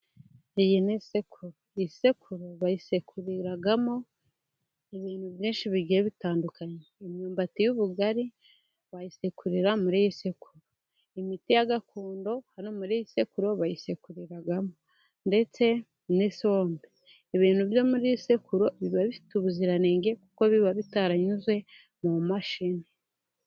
Iyi ni isekuru. Isekuru bayisekuriramo ibintu byinshi bigiye bitandukanye. Imyumbati y'ubugari bayisekurira muri iyi sekuru. Imiti ya gakondo hano muri gisekuru bayisekuriramo. Ndetse n'sombe. Ibintu byo mu isekuru biba bifite ubuziranenge, kuko biba bitaranyuze mu mashini.